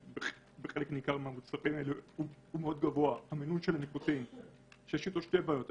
בחלק ניכר הוא מאוד גבוה ויש איתו שתי בעיות.